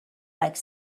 like